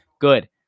Good